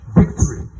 victory